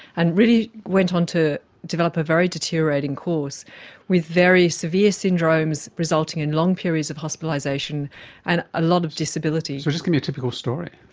and really went on to develop a very deteriorating course with very severe syndromes resulting in long periods of hospitalisation and a lot of disability. so just give me a typical story.